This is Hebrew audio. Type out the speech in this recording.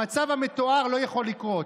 המצב המתואר לא יכול לקרות,